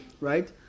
right